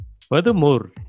Furthermore